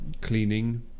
cleaning